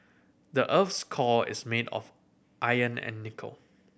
the earth's core is made of iron and nickel